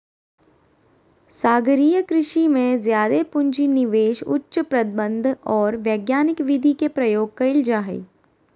सागरीय कृषि में जादे पूँजी, निवेश, उच्च प्रबंधन और वैज्ञानिक विधि के प्रयोग कइल जा हइ